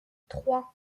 trois